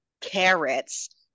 carrots